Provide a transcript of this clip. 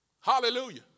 Hallelujah